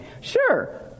Sure